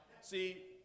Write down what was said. See